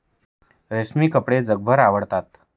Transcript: रेशमी कपडे जगभर आवडतात